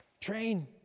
Train